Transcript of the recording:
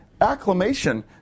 acclamation